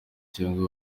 cyangwa